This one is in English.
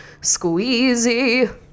Squeezy